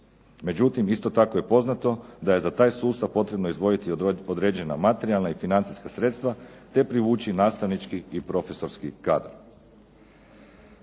međutim isto tako je poznato da je za taj sustav potrebno izdvojiti određena materijalna i financijska sredstva te privući nastavnički i profesorski kadar.